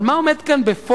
אבל מה עומד כאן בפועל,